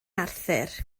arthur